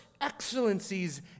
excellencies